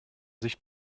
sicht